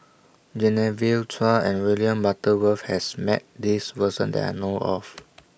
Genevieve Chua and William Butterworth has Met This Person that I know of